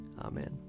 Amen